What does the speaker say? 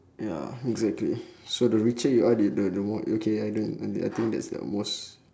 ya exactly so the richer the the the more okay I don't earn the I think that's their most